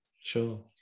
Sure